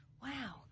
Wow